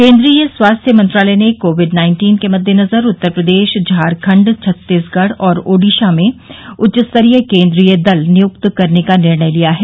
केन्द्रीय स्वास्थ्य मंत्रालय ने कोविड नाइन्टीन के मद्देनजर उत्तर प्रदेश झारखंड छत्तीसगढ़ और ओडिशा में उच्च स्तरीय केंद्रीय दल नियुक्त करने का निर्णय लिया है